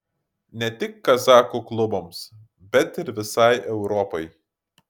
ne tik kazachų klubams bet ir visai europai